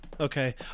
Okay